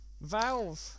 Valve